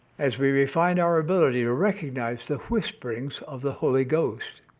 as we refine our ability to recognize the whisperings of the holy ghost.